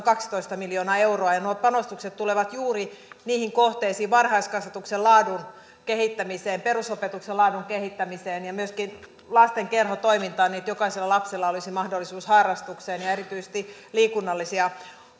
kaksitoista miljoonaa euroa ja nuo panostukset tulevat juuri niihin kohteisiin varhaiskasvatuksen laadun kehittämiseen perusopetuksen laadun kehittämiseen ja myöskin lasten kerhotoimintaan niin että jokaisella lapsella olisi mahdollisuus harrastukseen ja erityisesti liikunnallisia